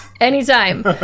Anytime